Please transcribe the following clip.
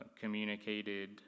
communicated